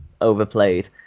overplayed